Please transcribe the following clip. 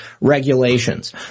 regulations